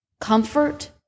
Comfort